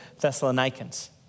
Thessalonians